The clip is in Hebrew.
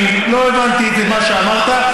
אני לא הבנתי את מה שאמרת.